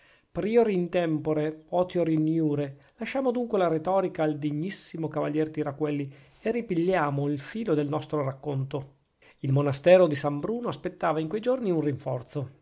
prior in tempore potior in jure lasciamo dunque la retorica al degnissimo cavalier tiraquelli e ripigliamo il filo del nostro racconto il monastero di san bruno aspettava in quei giorni un rinforzo